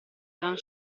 eran